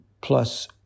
plus